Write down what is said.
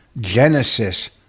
Genesis